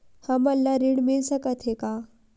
हमन ला ऋण मिल सकत हे का?